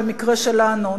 במקרה שלנו,